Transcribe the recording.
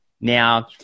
Now